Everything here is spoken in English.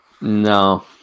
no